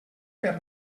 per